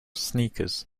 sneakers